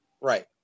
Right